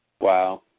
Wow